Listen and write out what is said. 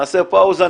נעשה פאוזה,